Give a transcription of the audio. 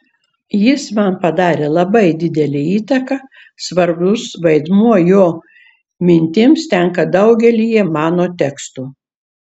jis man padarė labai didelę įtaką svarbus vaidmuo jo mintims tenka daugelyje mano tekstų